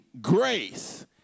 grace